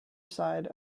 side